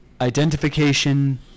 Identification